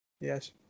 yes